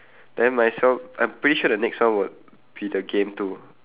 then might as well I'm pretty sure the next one would be the game too